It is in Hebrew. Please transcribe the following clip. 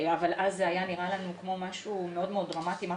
אבל אז זה נראה לנו כמו משהו מאוד מאוד דרמטי כי מה